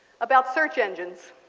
about search engines.